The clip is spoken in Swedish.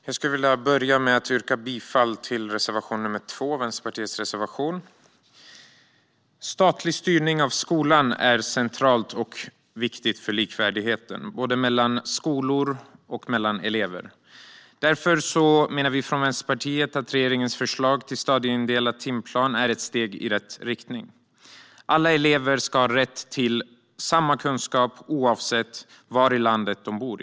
Herr talman! Jag vill börja med att yrka bifall till reservation nr 2. Statlig styrning av skolan är centralt och viktigt för likvärdigheten mellan både skolor och elever. Därför tycker vi i Vänsterpartiet att regeringens förslag till stadieindelad timplan är ett steg i rätt riktning. Alla elever ska ha samma rätt till kunskap oavsett var i landet de bor.